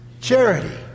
charity